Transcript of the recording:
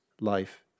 life